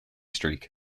streak